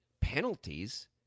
penalties